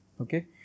Okay